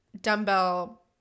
dumbbell